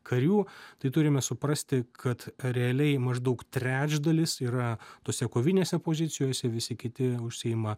karių tai turime suprasti kad realiai maždaug trečdalis yra tose kovinėse pozicijose visi kiti užsiima